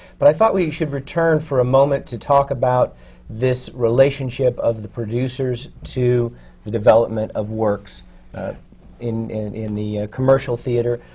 but i thought we should return for a moment to talk about this relationship of the producers to the development of works in in the commercial theatre.